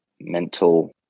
mental